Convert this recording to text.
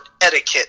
etiquette